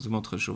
זה מאוד חשוב.